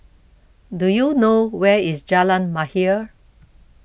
do you know where is Jalan Mahir